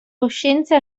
coscienza